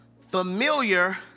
Familiar